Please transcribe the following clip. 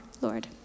Lord